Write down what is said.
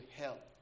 help